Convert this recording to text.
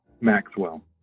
Maxwell